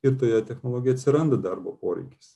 ir toje technologijoje atsiranda darbo poreikis